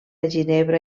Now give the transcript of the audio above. ginebra